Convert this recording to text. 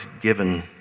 given